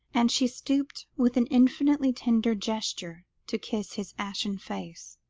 and she stooped with an infinitely tender gesture, to kiss his ashen face.